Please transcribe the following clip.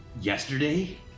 Yesterday